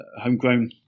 homegrown